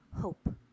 hope